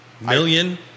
Million